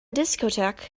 discotheque